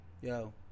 Yo